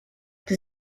the